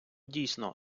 дійсно